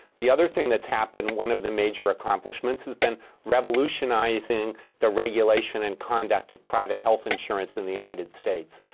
the other thing that's happened, one of the major accomplishments, has been revolutionizing the regulation and conduct of private health insurance in the united states.